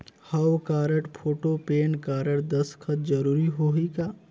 हव card, photo, pan card, दस्खत जरूरी होही का?